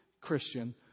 Christian